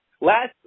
Last